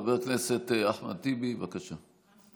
חבר הכנסת אחמד טיבי, בבקשה.